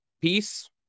Peace